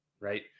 right